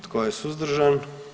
Tko je suzdržan?